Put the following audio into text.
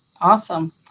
Awesome